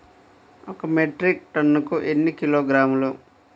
ఒక మెట్రిక్ టన్నుకు ఎన్ని కిలోగ్రాములు?